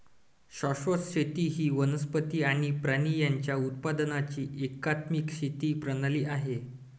शाश्वत शेती ही वनस्पती आणि प्राणी यांच्या उत्पादनाची एकात्मिक शेती प्रणाली आहे